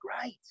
great